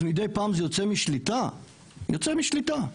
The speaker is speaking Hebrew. אז מדי פעם זה יוצא משליטה יוצא משליטה.